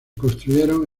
construyeron